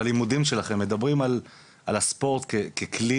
בלימודים שלכם מדברים על הספורט ככלי